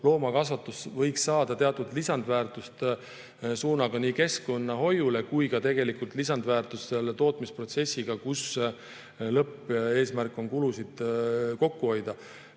loomakasvatus saada teatud lisandväärtust suunaga keskkonnahoiule kui ka tegelikult lisandväärtust tootmisprotsessile, kus lõppeesmärk on kulusid kokku hoida.